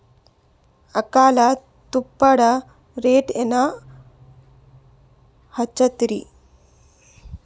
ಆಕಳ ತುಪ್ಪದ ರೇಟ್ ಏನ ಹಚ್ಚತೀರಿ?